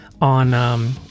on